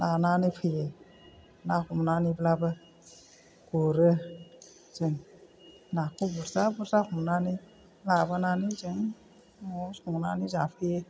लानानै फैयो ना हमनानैब्लाबो गुरो जों नाखौ बुरजा बुरजा हमनानै लाबोनानै जों न'आव संनानै जाफैयो